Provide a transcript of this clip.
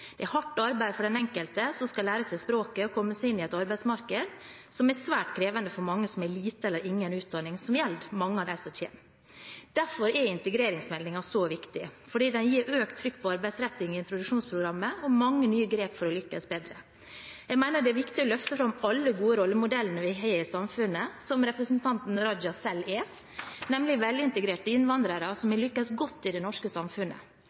Det er hardt arbeid for den enkelte som skal lære seg språket og komme seg inn på et arbeidsmarked, som er svært krevende for mange som har liten eller ingen utdanning, som gjelder mange av dem som kommer. Derfor er integreringsmeldingen så viktig. Den gir økt trykk på arbeidsretting i introduksjonsprogrammet og på mange nye grep for å lykkes bedre. Jeg mener det er viktig å løfte fram alle gode rollemodeller vi har i samfunnet, som representanten Raja selv er, nemlig velintegrerte innvandrere som har lyktes godt i det norske samfunnet.